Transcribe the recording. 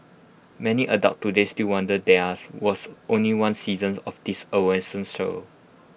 many adults today still wonder there are was only one seasons of this awesome show